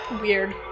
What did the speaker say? Weird